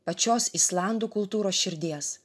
pačios islandų kultūros širdies